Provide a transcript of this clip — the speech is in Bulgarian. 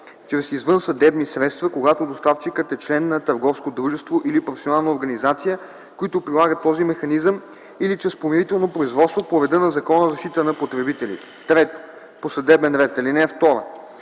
чрез извънсъдебни средства, когато доставчикът е член на търговско дружество или професионална организация, които прилагат този механизъм, или чрез помирително производство по реда на Закона за защита на потребителите; 3. по съдебен ред. (2) При